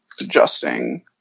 adjusting